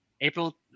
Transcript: April